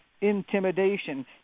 intimidation